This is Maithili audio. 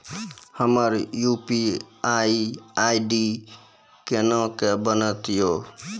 हमर यु.पी.आई आई.डी कोना के बनत यो?